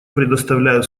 предоставляю